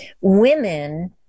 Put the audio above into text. women